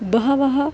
बहवः